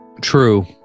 True